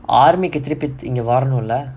army திருப்பி இங்க வரனுல:thiruppi inga varanula